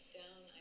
down